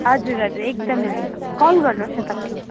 हजुर हजुर एकदमै हुन्छ कल गर्नुहोस् न तपाईँले